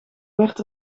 werd